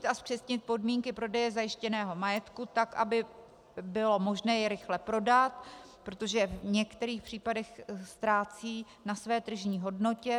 Rozšířit a zpřesnit podmínky prodeje zajištěného majetku tak, aby bylo možné jej rychle prodat, protože v některých případech ztrácí na své tržní hodnotě.